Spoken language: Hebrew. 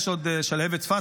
יש עוד שלהבת פס,